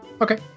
Okay